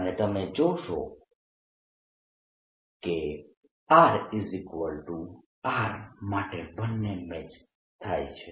અને તમે જોઈ શકો છો કે rR માટે બંને મેચ થાય છે